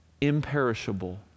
imperishable